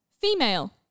Female